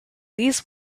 these